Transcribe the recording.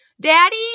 Daddy